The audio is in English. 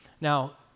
Now